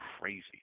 crazy